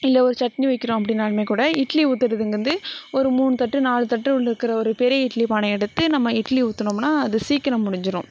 இல்லை ஒரு சட்னி வைக்கிறோம் அப்படின்னாலுமே கூட இட்லி ஊற்றதுத்துங் வந்து ஒரு மூணு தட்டு நாலு தட்டு உள்ளுக்கிற ஒரு பெரிய இட்லி பானையை எடுத்து நம்ம இட்லி ஊற்றினோமுன்னா அது சீக்கிரம் முடிஞ்சுரும்